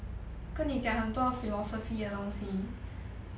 跟你讲很多 philosophy 的东西 ya